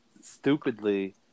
stupidly